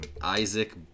Isaac